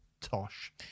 tosh